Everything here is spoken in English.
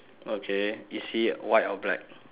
okay is he white or black